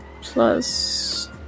plus